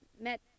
met